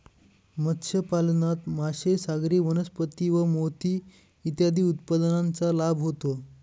मत्स्यपालनात मासे, सागरी वनस्पती व मोती इत्यादी उत्पादनांचा लाभ होतो